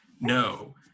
No